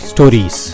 Stories